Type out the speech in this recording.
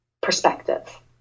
perspective